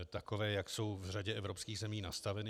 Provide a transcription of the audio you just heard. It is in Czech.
Takové, jak jsou v řadě evropských zemí nastaveny.